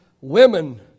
Women